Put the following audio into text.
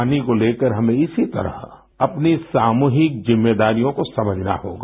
पानी को लेकर हमें इसी तरह अपनी सामूहिक जिम्मेदारियों को समझना होगा